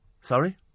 Sorry